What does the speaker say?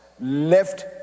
left